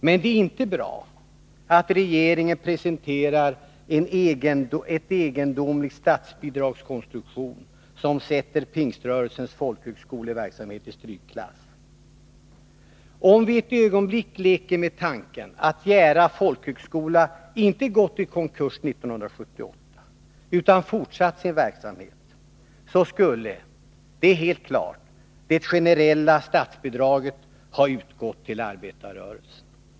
Men det är inte bra att regeringen presenterar en egendomlig statsbidragskonstruktion, som sätter Pingströrelsens folkhögskoleverksamhet i strykklass. Om vi ett ögonblick leker med tanken att Jära folkhögskola inte gått i konkurs 1978 utan fortsatt sin verksamhet, skulle — det är helt klart — det generella statsbidraget ha utgått till arbetarrörelsen.